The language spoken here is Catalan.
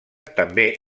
també